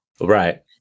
Right